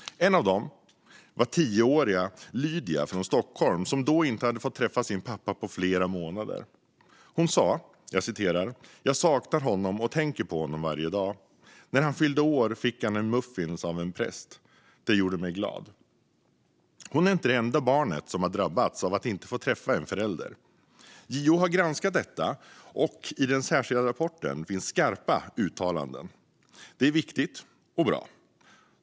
En av dem var 10-åriga Lydia från Stockholm, som då inte hade fått träffa sin pappa på flera månader. Hon sa: "Jag saknar honom och tänker på honom varje dag. När han fyllde år fick han en muffin av en präst. Det gjorde mig glad." Hon är inte det enda barn som drabbats av att inte få träffa en förälder. JO har granskat detta, och i den särskilda rapporten finns skarpa uttalanden. Det är viktigt och bra.